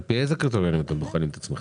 על פי איזה קריטריונים אתם בוחנים את עצמכם?